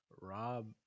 Rob